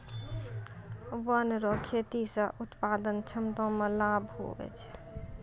वन रो खेती से उत्पादन क्षमता मे लाभ हुवै छै